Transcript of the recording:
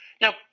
Now